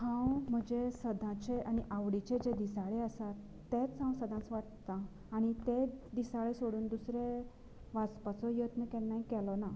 हांव म्हजे सदांचे आनी आवडीचे जे दिसाळे आसात तेंच हांव सदांच वाचतां आनी तें दिसाळे सोडून दुसरें वाचपाचो यत्न केन्नाय केलो ना